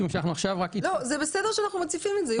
זה בסדר שאנחנו מציפים את זה.